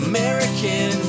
American